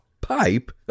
pipe